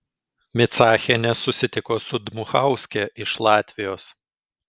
micachienė susitiko su dmuchauske iš latvijos